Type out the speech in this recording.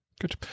Good